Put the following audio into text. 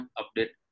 update